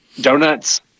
donuts